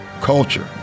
culture